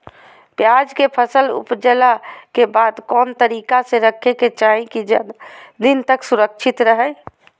प्याज के फसल ऊपजला के बाद कौन तरीका से रखे के चाही की ज्यादा दिन तक सुरक्षित रहय?